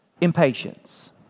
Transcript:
Impatience